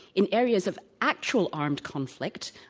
in areas of actual armed conflict,